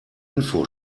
info